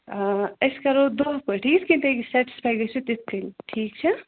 آ أسۍ کَرو دۄہ پٲٹھۍ یِتھ کٔنۍ تُہۍ یہِ سیٚٹٕسفاے گٔژھِو تِتھ کٔنۍ ٹھیٖک چھا